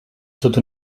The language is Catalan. tota